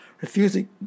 Refusing